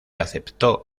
aceptó